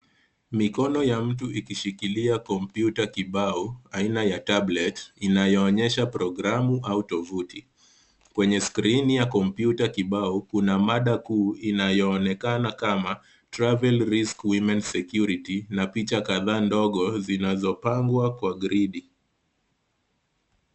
Mikono ya mtu ikishikilia kompyuta kibao aina ya tablet inayoonyesha programu au tovuti. Kwenye skrini ya kompyuta kibao kuna mada kuu inayoonekana kama Travel Risk Women's Security , na picha kadhaa ndogo zinazopangwa kwa gridi.